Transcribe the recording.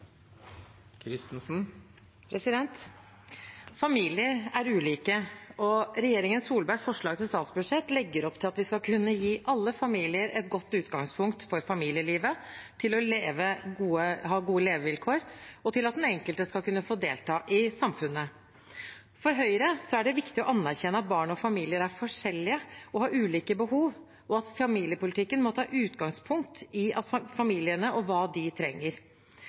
Familier er ulike, og regjeringen Solbergs forslag til statsbudsjett legger opp til at vi skal kunne gi alle familier et godt utgangspunkt for familielivet, til gode levevilkår og til at den enkelte skal kunne delta i samfunnet. For Høyre er det viktig å anerkjenne at barn og familier er forskjellige og har ulike behov, og at familiepolitikken må ta utgangspunkt i familiene og hva de trenger.